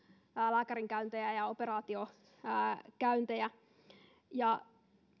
lääkärikäyntejä ja operaatiokäyntejä